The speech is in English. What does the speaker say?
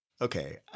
Okay